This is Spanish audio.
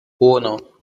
uno